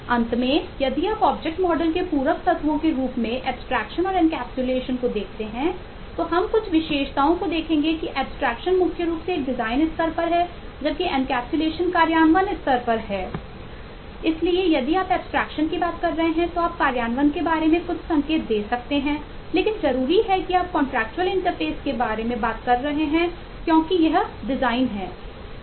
अंत में यदि आप ऑब्जेक्ट मॉडल के बारे में बात कर रहे हैं क्योंकि यह डिजाइन है